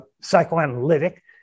psychoanalytic